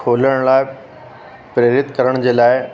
खोलण लाइ प्रेरित करण जे लाइ